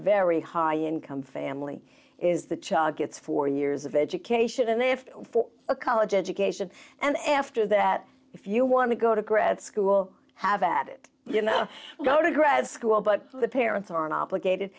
very high income family is the child gets four years of education and if for a college education and after that if you want to go to grad school have at it you know go to grad school but the parents are in obligated